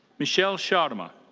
michelle sharma.